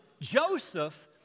Joseph